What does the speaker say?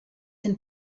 den